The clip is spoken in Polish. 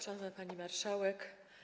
Szanowna Pani Marszałek!